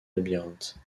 labyrinthe